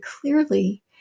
clearly